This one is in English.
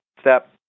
step